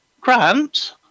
Grant